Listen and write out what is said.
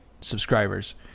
subscribers